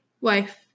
wife